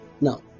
now